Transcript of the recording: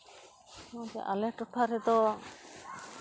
ᱟᱞᱮ ᱴᱚᱴᱷᱟ ᱨᱮᱫᱚ